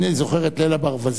אני זוכר את ליל הברווזים,